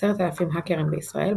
עשרת אלפים האקרים בישראל,